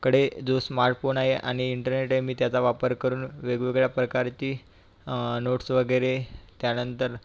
कडे जो स्मार्टफोन आहे आणि इंटरनेट आहे मी त्याचा वापर करून वेगवेगळ्या प्रकारे ती नोट्स वगैरे त्यानंतर